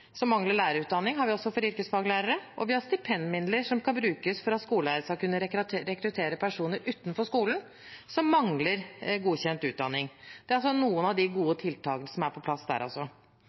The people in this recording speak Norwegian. som mangler lærerutdanning, har vi også for yrkesfaglærere. Og vi har stipendmidler som kan brukes for at skoleeiere skal kunne rekruttere personer utenfor skolen som mangler godkjent utdanning. Det er altså noen av de gode tiltakene som er på plass der.